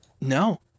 No